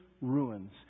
ruins